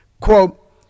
quote